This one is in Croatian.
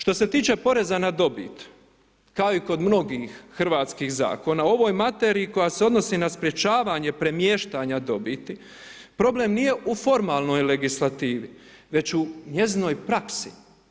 Što se tiče porezna na dobit, kao i kod mnogih hrvatskih zakona, o ovoj materiji koja se odnosi na sprječavanje premještanja dobiti, problem nije u formalnoj legislativi, već u njezinoj praksi.